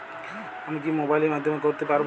আমি কি মোবাইলের মাধ্যমে করতে পারব?